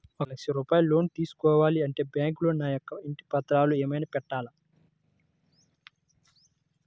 ఒక లక్ష రూపాయలు లోన్ తీసుకోవాలి అంటే బ్యాంకులో నా యొక్క ఇంటి పత్రాలు ఏమైనా పెట్టాలా?